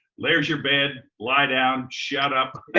there's your bed, lie down, shut up.